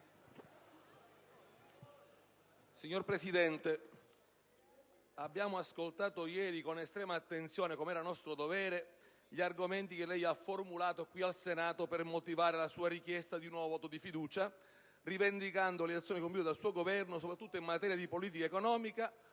Signor Presidente, ieri abbiamo ascoltato con estrema attenzione, come era nostro dovere, gli argomenti che lei ha formulato qui al Senato per motivare la sua richiesta di un nuovo voto di fiducia, rivendicando le azioni compiute dal suo Governo, soprattutto in materia di politica economica,